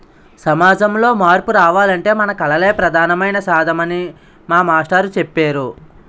సమాజంలో మార్పు రావాలంటే మన కళలే ప్రధానమైన సాధనమని మా మాస్టారు చెప్పేరు